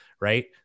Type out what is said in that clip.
right